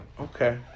Okay